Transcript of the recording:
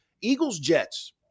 Eagles-Jets